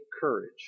courage